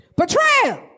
Betrayal